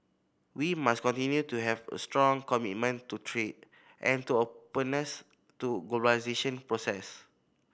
we must continue to have a strong commitment to trade and to openness to globalisation process